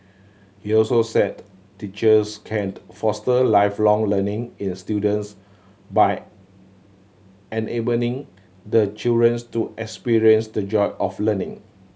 he also said teachers can't foster Lifelong Learning in students by enabling the children to experience the joy of learning